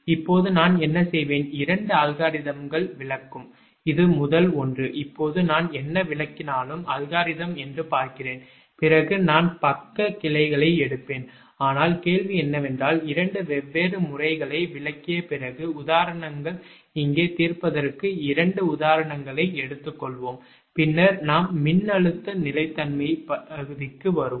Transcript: இப்போது நான் என்ன செய்வேன் 2 அல்காரிதம்கள் விளக்கும் இது முதல் ஒன்று இப்போது நான் என்ன விளக்கினாலும் அல்காரிதம் என்று பார்க்கிறேன் பிறகு நான் பக்க கிளைகளை எடுப்பேன் ஆனால் கேள்வி என்னவென்றால் 2 வெவ்வேறு முறைகளை விளக்கிய பிறகு உதாரணங்கள் இங்கே தீர்ப்பதற்கு இரண்டு உதாரணங்களை எடுத்துக்கொள்வோம் பின்னர் நாம் மின்னழுத்த நிலைத்தன்மை பகுதிக்கு வருவோம்